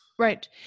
Right